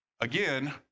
Again